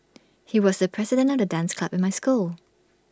he was the president of the dance club in my school